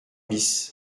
bis